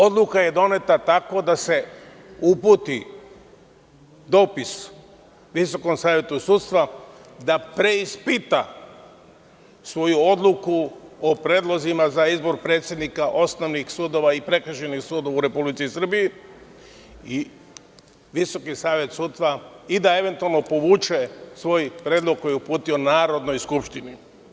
Odluka je doneta tako da se uputi dopis Visokom savetu sudstva da preispita svoju odluku o predlozima za izbor predsednika osnovnih sudova i prekršajnih sudova u Republici Srbiji i Visoki savet sudstva i da eventualno povuče svoj predlog koji je uputio Narodnoj skupštini.